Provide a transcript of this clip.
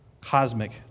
cosmic